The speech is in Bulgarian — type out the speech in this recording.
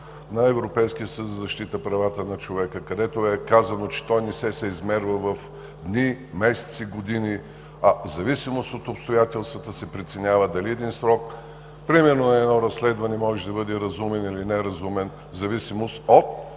на Европейския съюз за защита правата на човека, където е казано, че той не се съизмерва в дни, месеци и години, а в зависимост от обстоятелствата се преценява дали един срок – примерно, едно разследване, може да бъде разумен или неразумен – в зависимост от